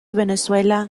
venezuela